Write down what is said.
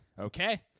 Okay